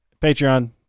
Patreon